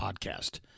Podcast